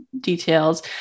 details